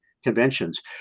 conventions